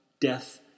death